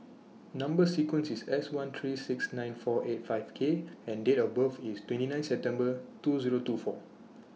Number sequence IS S one three six nine four eight five K and Date of birth IS twenty nine September two Zero two four